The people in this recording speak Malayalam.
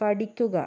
പഠിക്കുക